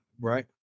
right